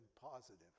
positive